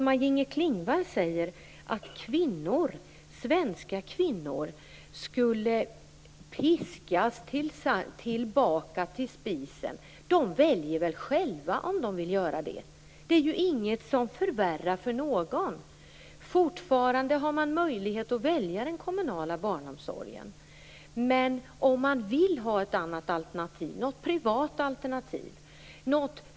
Maj-Inger Klingvall säger att svenska kvinnor skulle piskas tillbaka till spisen. De väljer väl själva om de vill vara hemma! Det är inget som förvärrar för någon. Man har fortfarande möjlighet att välja den kommunala barnomsorgen, men det gäller inte om man vill ha privata alternativ.